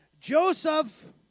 Joseph